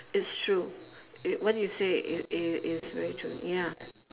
it's true you what you say is is is very true ya